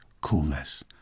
coolness